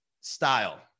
style